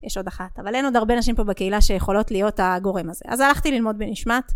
יש עוד אחת, אבל אין עוד הרבה נשים פה בקהילה שיכולות להיות הגורם הזה. אז הלכתי ללמוד בנשמת.